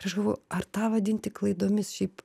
ir aš galvoju ar tą vadinti klaidomis šiaip